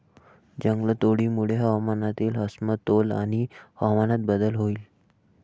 जंगलतोडीमुळे हवामानातील असमतोल आणि हवामान बदल होईल